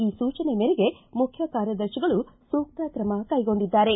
ಈ ಸೂಚನೆ ಮೇರೆಗೆ ಮುಖ್ಯ ಕಾರ್ಯದರ್ತಿಗಳು ಸೂಕ್ತ ಕ್ರಮ ಕೈಗೊಂಡಿದ್ದಾರೆ